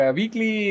weekly